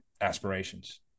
aspirations